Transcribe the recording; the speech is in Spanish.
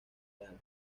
real